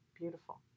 beautiful